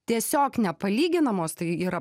tiesiog nepalyginamos tai yra